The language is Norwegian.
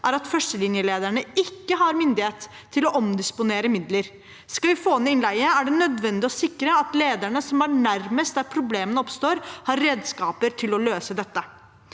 er at førstelinjelederne ikke har myndighet til å omdisponere midler. Skal vi få ned graden av innleie, er det nødvendig å sikre at lederne som er nærmest der problemene oppstår, har redskaper til å løse dette.